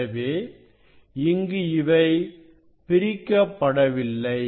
எனவே இங்கு இவை பிரிக்கப்படவில்லை